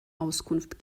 auskunft